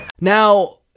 Now